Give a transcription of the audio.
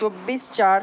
চব্বিশ চার